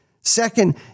Second